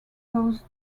caused